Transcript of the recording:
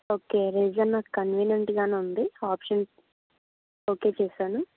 okay reason నాకు కన్వీనెంట్గానే ఉంది ఆప్షన్ ఓకే చేసాను